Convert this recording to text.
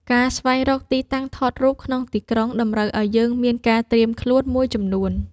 ការស្វែងរកទីតាំងថតរូបក្នុងទីក្រុង តម្រូវឲ្យយើងមានការត្រៀមខ្លួនមួយចំនួន។